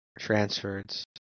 transfers